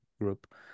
group